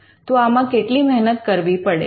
તો આમાં કેટલી મહેનત કરવી પડે